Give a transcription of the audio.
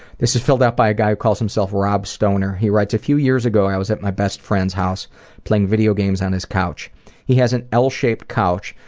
this is filled out by a guy who calls himself rob stoner. he writes, a few years ago, i was at my best friend's house playing video games on his couch. he has an an l-shaped couch,